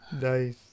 Nice